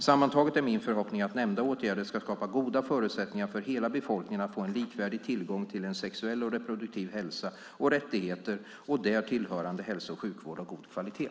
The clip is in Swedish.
Sammantaget är min förhoppning att nämnda åtgärder ska skapa goda förutsättningar för hela befolkningen att få en likvärdig tillgång till en sexuell och reproduktiv hälsa och rättigheter och därtill hörande hälso och sjukvård av god kvalitet.